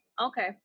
Okay